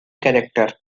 character